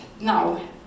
now